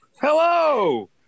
Hello